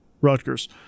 Rutgers